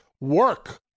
work